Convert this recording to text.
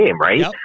right